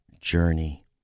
journey